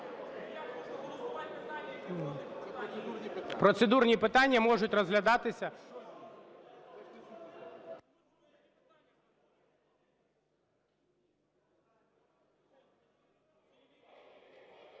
Процедурні питання можуть розглядатися…